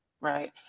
Right